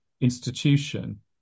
institution